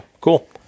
Cool